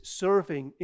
serving